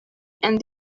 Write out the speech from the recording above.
and